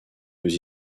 deux